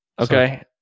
Okay